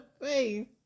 face